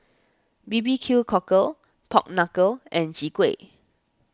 B B Q Cockle Pork Knuckle and Chwee Kueh